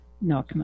No